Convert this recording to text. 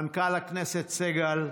מנכ"ל הכנסת סגל,